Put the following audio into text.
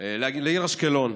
לעיר אשקלון.